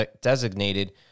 designated